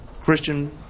Christian